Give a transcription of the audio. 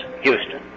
Houston